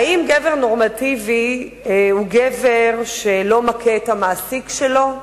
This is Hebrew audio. האם גבר נורמטיבי הוא גבר שלא מכה את המעסיק שלו?